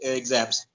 exams